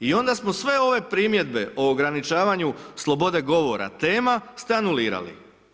I onda smo sve ove primjedbe o ograničavanju slobode govora tema stanulirali.